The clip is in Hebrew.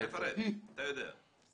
תפרט, אתה יודע.